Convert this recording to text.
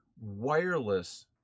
wireless